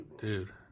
dude